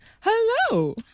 hello